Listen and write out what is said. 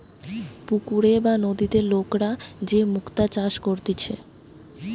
পুকুরে বা নদীতে লোকরা যে মুক্তা চাষ করতিছে